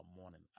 morning